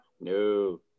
no